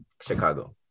Chicago